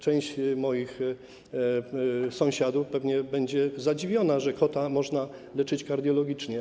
Część moich sąsiadów pewnie będzie zadziwiona, że kota można leczyć kardiologicznie.